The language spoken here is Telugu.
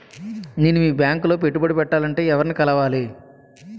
నేను మీ బ్యాంక్ లో పెట్టుబడి పెట్టాలంటే ఎవరిని కలవాలి?